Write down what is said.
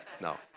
No